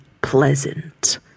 pleasant